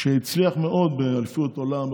שהצליח מאוד באליפות עולם,